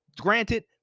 granted